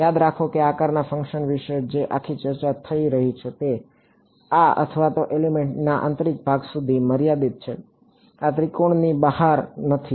યાદ રાખો કે આકારના ફંકશન વિશે જે આખી ચર્ચા થઈ રહી છે તે આ અથવા એલિમેન્ટ ના આંતરિક ભાગ સુધી મર્યાદિત છે આ ત્ત્રિકોણની બહાર નથી